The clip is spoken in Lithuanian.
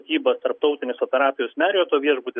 statybas tarptautinis operacijos merijoto viešbutis